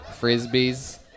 Frisbees